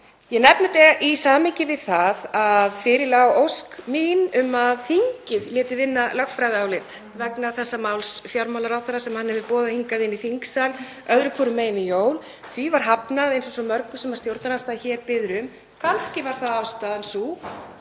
Ég nefni þetta í samhengi við það að fyrir lá ósk mín um að þingið léti vinna lögfræðiálit vegna þessa máls fjármálaráðherra sem hann hefur boðað hingað inn í þingsal öðru hvorum megin við jól. Því var hafnað eins og svo mörgu sem stjórnarandstaðan biður um. Kannski var ástæðan sú